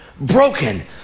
Broken